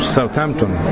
Southampton